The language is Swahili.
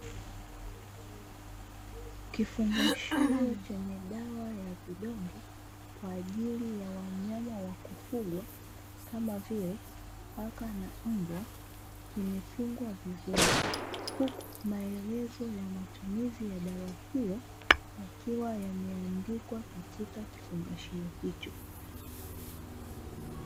Kifungashio cha madawa ya vidonge kwa ajili ya wanyama wanaofugwa kama vile paka na mbwa, kimefungwa vizuri huku maelezo ya matumizi ya dawa hiyo yakiwa yameandikwa katika kifungashio hicho.